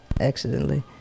accidentally